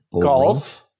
Golf